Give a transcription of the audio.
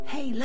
Hey